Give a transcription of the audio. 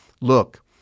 look